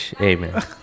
Amen